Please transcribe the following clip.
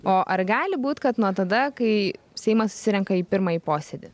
o ar gali būti kad nuo tada kai seimas susirenka į pirmąjį posėdį